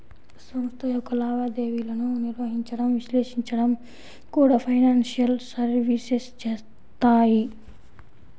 సంస్థ యొక్క లావాదేవీలను నిర్వహించడం, విశ్లేషించడం కూడా ఫైనాన్షియల్ సర్వీసెస్ చేత్తాయి